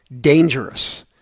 dangerous